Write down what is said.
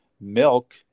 milk